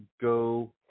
go